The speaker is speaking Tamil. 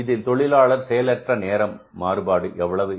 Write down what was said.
இதில் தொழிலாளர் செயலற்ற நேரம் மாறுபாடு எவ்வளவு